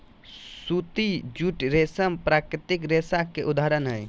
सूती, जूट, रेशम प्राकृतिक रेशा के उदाहरण हय